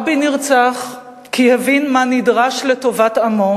רבין נרצח כי הבין מה נדרש לטובת עמו